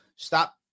Stop